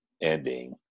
ending